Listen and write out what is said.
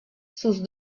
sus